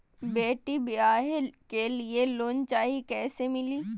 बेटी ब्याह के लिए लोन चाही, कैसे मिली?